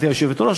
גברתי היושבת-ראש,